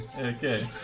Okay